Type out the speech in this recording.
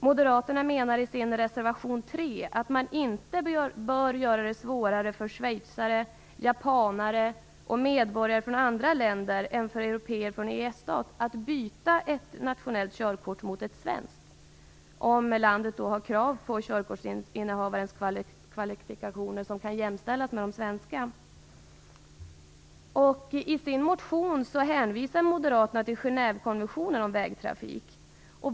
Moderaterna menar i reservation 3 att man inte bör göra det svårare för schweizare, japaner och övriga medborgare i andra länder än de europeiska EES staterna att byta sitt nationella körkort mot ett svenskt om landet i fråga har krav på körkortsinnehavarens kvalifikationer som kan jämställas med de svenska kraven. I sin motion hänvisar Moderaterna till Genèvekonventionen om vägtrafik.